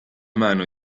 mano